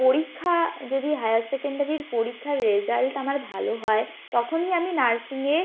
পরীক্ষা যদি হায়ার সেকেন্ডারির পরীক্ষার রেজাল্ট আমার ভালো হয় তখনই আমি নার্সিংয়ে